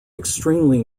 extremely